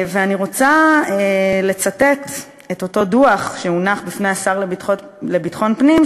אני רוצה לצטט את אותו דוח שהונח בפני השר לביטחון פנים,